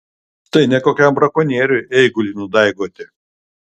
tai ne kokiam brakonieriui eigulį nudaigoti